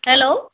hello